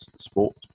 sport